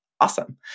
awesome